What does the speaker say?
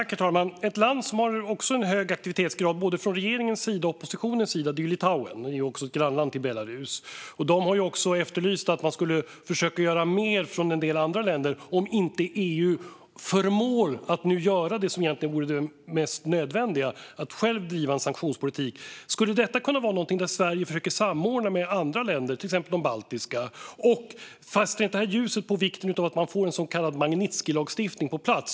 Herr talman! Ett land som också har en hög aktivitetsgrad från både regering och opposition är Litauen, som ju är grannland till Belarus. De har efterlyst att andra länder också ska försöka göra mer om nu EU självt inte förmår att göra det som egentligen vore det mest nödvändiga, det vill säga att driva en sanktionspolitik. Skulle detta kunna vara något som Sverige skulle kunna samordna med andra länder, till exempel de baltiska, för att sätta ljuset på vikten av att man får en så kallad Magnitskijlagstiftning på plats?